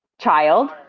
child